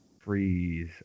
Freeze